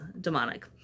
demonic